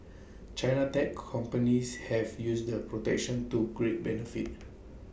China's tech companies have used the protection to great benefit